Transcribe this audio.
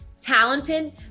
talented